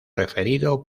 referido